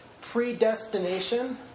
predestination